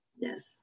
yes